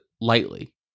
lightly